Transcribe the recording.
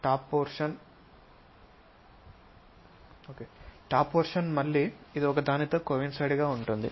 top portion మళ్ళీ ఇది ఒకదానితో కోయిన్సైడ్ గా ఉంటుంది